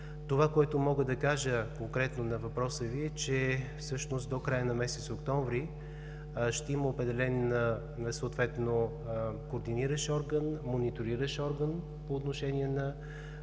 Това, което мога да кажа конкретно на въпроса Ви, е, че всъщност до края на месец октомври ще има определен съответно координиращ орган, мониториращ орган по отношение